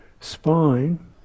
spine